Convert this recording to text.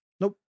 Nope